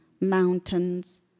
mountains